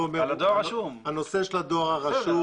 הנושא של הדואר הרשום.